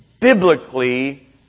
biblically